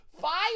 Fire